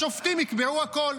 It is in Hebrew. השופטים יקבעו הכול.